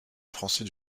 français